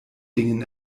dingen